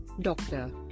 Doctor